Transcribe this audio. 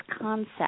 concept